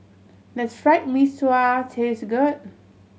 does Fried Mee Sua taste good